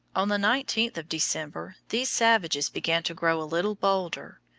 on the nineteenth of december these savages began to grow a little bolder,